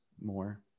more